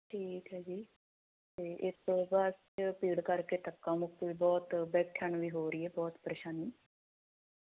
ਠੀਕ ਹ ਜੀ ਤੇ ਇਸ ਤੋਂ ਬਾਅਦ ਭੀੜ ਕਰਕੇ ਧੱਕਾ ਮੁੱਕੀ ਬਹੁਤ ਬੈਠਣ ਵੀ ਹੋ ਰਹੀ ਹੈ ਬਹੁਤ ਪਰੇਸ਼ਾਨੀ